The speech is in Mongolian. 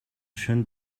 шөнө